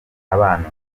abantu